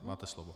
Máte slovo.